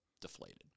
deflated